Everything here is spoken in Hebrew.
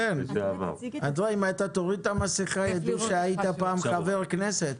אם תוריד את המסכה יידעו שהיית פעם חבר כנסת.